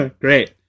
Great